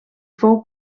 fou